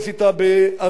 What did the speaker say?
מכינות צבאיות,